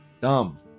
dumb